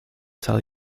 tell